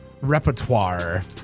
repertoire